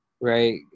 right